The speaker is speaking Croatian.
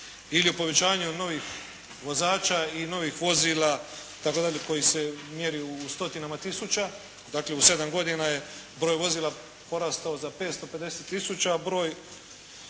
ili o povećanju novih vozača i novih vozila itd. koji se mjeri u stotinama tisuća. Dakle u 7 godina je broj vozila porastao za 550 tisuća,